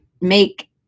make